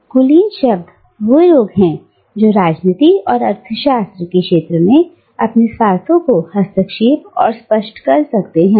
इसलिए दूसरे शब्दों में कुलीन लोग भी लोग हैं जो राजनीति और अर्थशास्त्र के क्षेत्र में अपने स्वार्थों को हस्तक्षेप और स्पष्ट कर सकते हैं